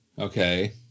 okay